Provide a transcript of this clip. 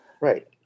Right